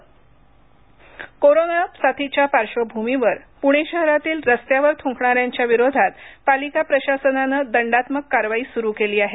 कारवाई कोरोनाच्या साथीच्या पाश्र्वभूमीवर पुणे शहरातील रस्त्यावर थुकणाऱ्यांच्या विरोधातपालिका प्रशासनानं दंडात्मक कारवाई सुरु केली आहे